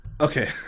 Okay